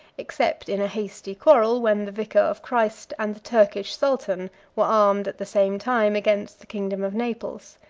except in a hasty quarrel, when the vicar of christ and the turkish sultan were armed at the same time against the kingdom of naples.